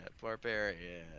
barbarian